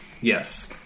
Yes